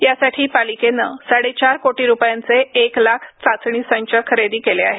यासाठी पालिकेने साडेचार कोटी रुपयांचे एक लाख चाचणी संच खरेदी केले आहेत